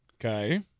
Okay